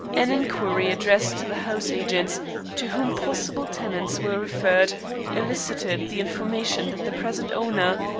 an inquiry addressed to the house agents to whom possible tenants were referred elicited the information that the present owner,